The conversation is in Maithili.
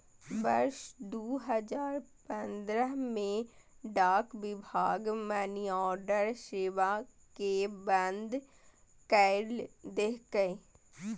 वर्ष दू हजार पंद्रह मे डाक विभाग मनीऑर्डर सेवा कें बंद कैर देलकै